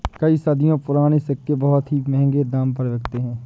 कई सदियों पुराने सिक्के बहुत ही महंगे दाम पर बिकते है